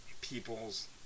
people's